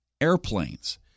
airplanes